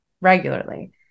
regularly